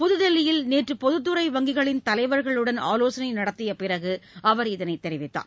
புத்தில்லியில் நேற்று பொதுத்துறை வங்கிகளின் தலைவர்களுடன் ஆலோசனை நடத்திய பிறகு அவர் இதனைத் தெரிவித்துள்ளார்